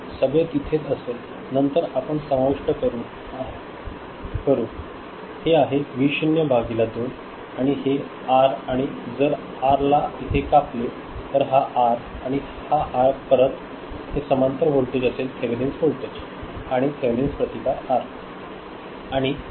सगळे तिथेच असेल नंतर आपण समाविष्ट करू हे आहे व्ही 0 भागिले 2 आणि हे आर आणि जर आर ला इथे कापले तर हा आर आणि हा आर परत हे समांतर व्होल्टेज असेल थेवेनिन्स व्होल्टेज आणि थेवेनिन्स प्रतिकार आर